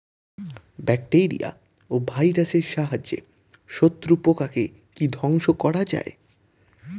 Bacteria ও ভাইরাসের সাহায্যে শত্রু পোকাকে কি ধ্বংস করা যায়?